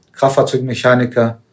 Kraftfahrzeugmechaniker